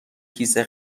کیسه